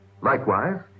Likewise